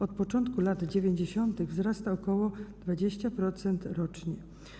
Od początku lat 90. wzrasta ok. 20% rocznie.